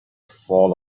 fall